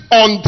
on